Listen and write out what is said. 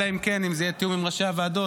אלא אם כן זה יהיה בתיאום עם ראשי הוועדות,